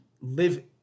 live